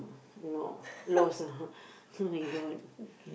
no lost ah oh-my-god